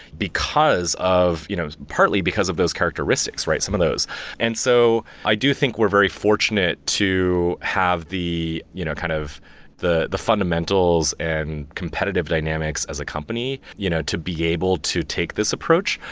because of you know partly because of those characteristics, right? some of those and so i do think we're very fortunate to have the you know kind of the fundamentals and competitive dynamics as a company you know to be able to take this approach.